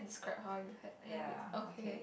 have it okay